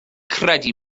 credu